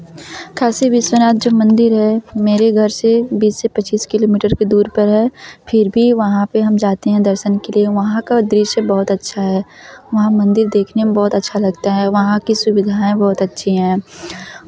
काशी विश्वनाथ जो मंदिर है मेरे घर से बीस से पचीस किलो मीटर की दूरी पर है फिर भी वहाँ पर हम जाते है दर्शन के लिए वहाँ का दृश्य बहुत अच्छा है वहाँ मंदिर देखने में बहुत अच्छा लगता है वहाँ की सुविधाएँ बहुत अच्छी हैं